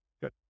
Good